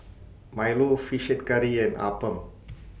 Milo Fish Head Curry and Appam